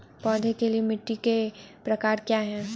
पौधों के लिए मिट्टी के प्रकार क्या हैं?